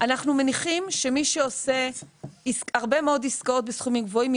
אנחנו מניחים שמי שעושה הרבה מאוד עסקאות בסכומים גבוהים,